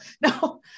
No